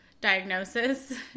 diagnosis